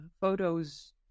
photos